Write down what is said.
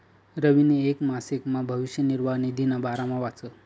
रवीनी येक मासिकमा भविष्य निर्वाह निधीना बारामा वाचं